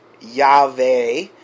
Yahweh